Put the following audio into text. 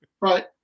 Right